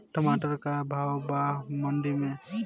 टमाटर का भाव बा मंडी मे?